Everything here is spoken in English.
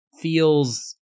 feels